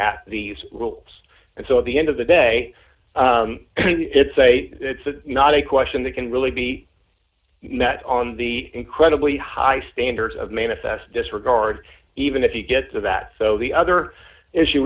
at these rules and so at the end of the day it's not a question that can really be met on the incredibly high standards of manifest disregard even if you get to that so the other issue